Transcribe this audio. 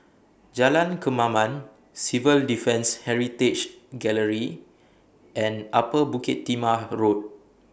Jalan Kemaman Civil Defence Heritage Gallery and Upper Bukit Timah Road